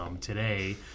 today